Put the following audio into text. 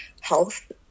health